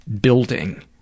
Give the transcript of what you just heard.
building